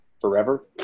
forever